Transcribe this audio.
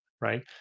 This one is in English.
right